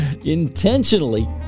intentionally